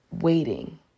waiting